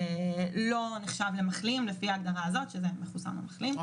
עשינו זאת